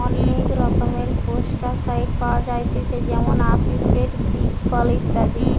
অনেক রকমের পেস্টিসাইড পাওয়া যায়তিছে যেমন আসিফেট, দিকফল ইত্যাদি